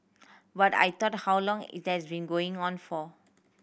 what I thought how long it has been going on for